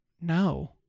no